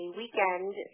weekend